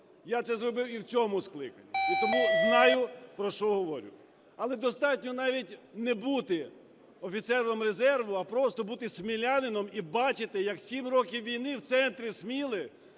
я це зробив і в цьому скликанні, і тому знаю, про що говорю. Але достатньо навіть не бути офіцером резерву, а просто бути смілянином і бачити, як сім років війни в центрі Сміли